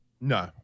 No